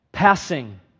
Passing